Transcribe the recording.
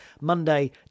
Monday